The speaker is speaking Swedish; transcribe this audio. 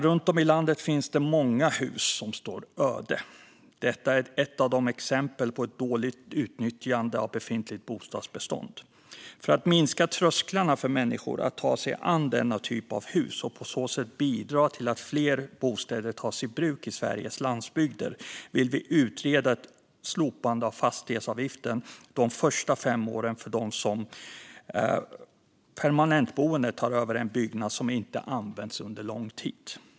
Runt om i landet finns det många hus som står öde. Detta är ett av många exempel på ett dåligt utnyttjande av befintligt bostadsbestånd. För att minska trösklarna för människor att ta sig an denna typ av hus och på så sätt bidra till att fler bostäder tas i bruk i Sveriges landsbygder vill vi utreda ett slopande av fastighetsavgiften de första fem åren för den som för permanentboende tar över en byggnad som inte använts under lång tid.